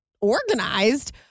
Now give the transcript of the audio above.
organized